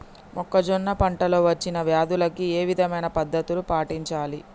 మొక్కజొన్న పంట లో వచ్చిన వ్యాధులకి ఏ విధమైన పద్ధతులు పాటించాలి?